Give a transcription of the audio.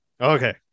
Okay